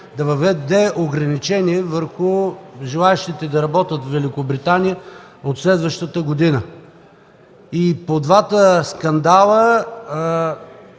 да въведе ограничения за желаещите да работят във Великобритания от следващата година. И по двата скандала